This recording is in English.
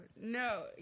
No